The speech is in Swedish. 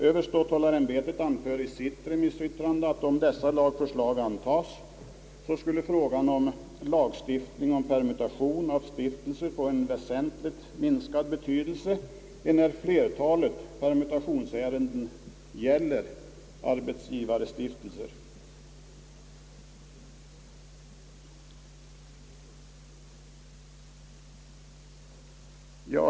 Överståthållarämbetet anför i sitt remissyttrande, att om dessa lagförslag antages skulle frågan om lagstiftning om permutation av stiftelse få en väsentligt minskad betydelse enär flertalet permutationsärenden gäller arbetsgivarstiftelser.